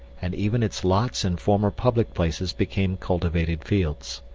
and even its lots and former public places became cultivated fields.